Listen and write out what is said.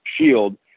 shield